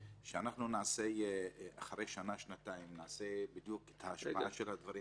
שאחרי שנה-שנתיים נעשה השוואה של הדברים